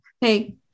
Hey